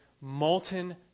molten